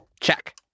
Check